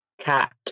Cat